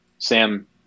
Sam